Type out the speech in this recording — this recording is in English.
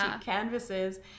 canvases